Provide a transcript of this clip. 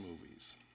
movies